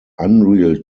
unreal